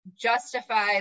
justify